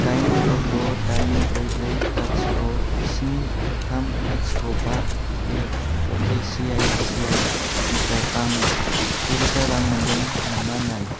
दाइन द' द' दाइन ब्रै ब्रै लाथिख' स्नि थाम लाथिख' बा ए अके सि आइ सि आइ निफ्राय आं गुरोजा रां मोन्दों नामा नाय